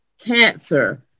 cancer